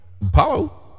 Apollo